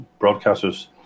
broadcasters